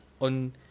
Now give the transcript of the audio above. on